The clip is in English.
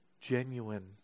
genuine